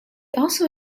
also